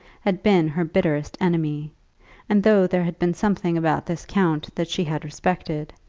had been her bitterest enemy and though there had been something about this count that she had respected,